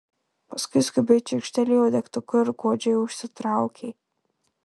paskui skubiai čirkštelėjo degtuku ir godžiai užsitraukė